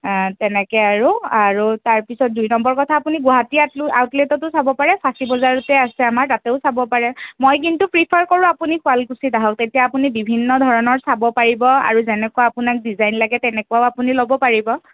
তেনেকৈ আৰু আৰু তাৰ পিছত দুই নম্বৰ কথা আপুনি গুৱাহাটী আউটলেটতো চাব পাৰে ফাচী বজাৰতে আছে আমাৰ তাতেও চাব পাৰে মই কিন্তু প্ৰিফাৰ কৰোঁ আপুনি শুৱালকুছিত আহক তেতিয়া আপুনি বিভিন্ন ধৰণৰ চাব পাৰিব আৰু যেনেকুৱা আপোনাক ডিজাইন লাগে তেনেকুৱাও আপুনি ল'ব পাৰিব